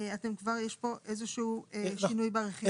כבר יש פה איזשהו שינוי ברכיבים.